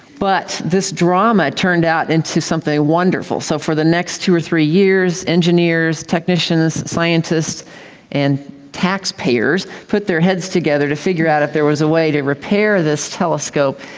but this drama turned out into something wonderful. so for the next two or three years engineers, technicians, scientists and taxpayers put their heads together to figure out if there was a way to repair this telescope,